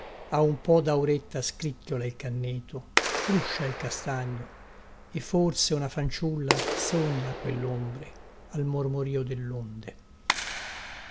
a un po dauretta scricchiola il canneto fruscia il castagno e forse una fanciulla sogna a quellombre al mormorìo dellonde